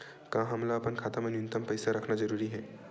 का हमला अपन खाता मा न्यूनतम पईसा रखना जरूरी हे?